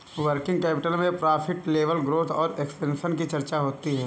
working capital में profit level growth और expansion की चर्चा होती है